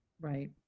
Right